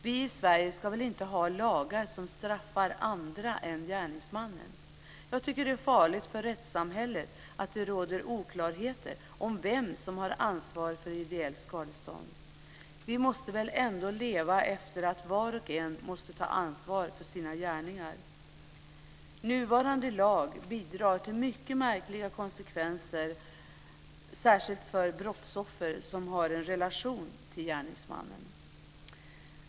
Vi i Sverige ska väl inte ha lagar som straffar andra än gärningsmannen. Jag tycker att det är farligt för rättssamhället att det råder oklarheter om vem som har ansvaret för ideellt skadestånd. Vi måste väl ändå leva efter att var och en måste ta ansvar för sina gärningar. Nuvarande lag får mycket märkliga konsekvenser, särskilt för brottsoffer som har en relation till gärningsmannen.